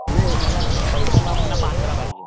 नाही मला पायजमा मला पांढरा पाहिजे